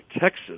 Texas